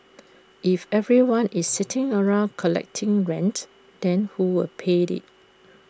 and if everyone is sitting around collecting rent then who will pay IT